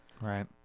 right